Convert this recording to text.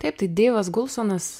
taip tai dievas gulsonas